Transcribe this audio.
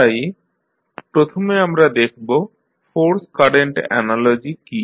তাই প্রথমে আমরা দেখব ফোর্স কারেন্ট অ্যানালজি কী